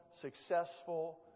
successful